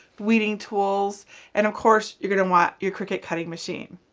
weeding tools and, of course, you're going to want your cricut cutting machine.